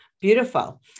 Beautiful